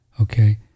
okay